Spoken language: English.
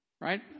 right